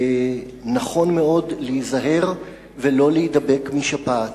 נכון מאוד להיזהר ולא להידבק משפעת,